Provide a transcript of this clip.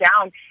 down